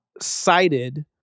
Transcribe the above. cited